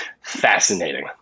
fascinating